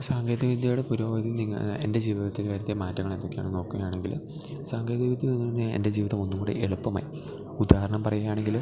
സാങ്കേതിക വിദ്യയുടെ പുരോഗതി നിങ്ങ എന്റെ ജീവിതത്തില് വരുത്തിയ മാറ്റങ്ങളെന്തക്കെയാണെന്ന് നോക്ക്കയാണെങ്കിൽ സാങ്കേതികവിദ്യ വന്നതോടുകൂടിയാ എന്റെ ജീവിതം ഒന്നും കൂടെ എളുപ്പമായി ഉദാഹരണം പറയുകയാണങ്കില്